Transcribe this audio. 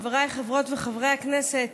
חבריי חברות וחברי הכנסת,